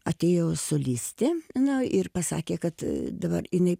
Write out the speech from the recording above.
atėjo solistė na ir pasakė kad dabar jinai